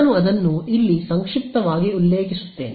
ನಾನು ಅದನ್ನು ಇಲ್ಲಿ ಸಂಕ್ಷಿಪ್ತವಾಗಿ ಉಲ್ಲೇಖಿಸುತ್ತೇನೆ